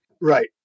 Right